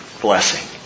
blessing